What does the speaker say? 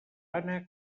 ànec